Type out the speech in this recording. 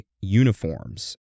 uniforms